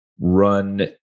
run